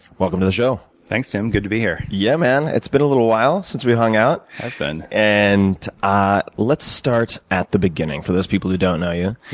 welcome to the show. thanks, tim. good to be here. yeah, man. it's been a little while since we hung out. it has been. and ah let's start at the beginning for those people who don't know you.